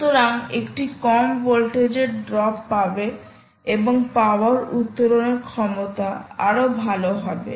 সুতরাং একটি কম ভোল্টেজের ড্রপ পাবে এবং পাওয়ার উত্তোলনের ক্ষমতা আরও ভাল হবে